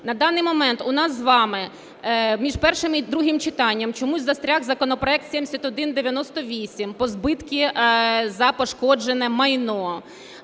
На даний момент у нас з вами між першим і другим читанням чомусь застряг законопроект 7198 про збитки за пошкоджене майно.